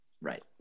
Right